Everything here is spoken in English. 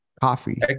coffee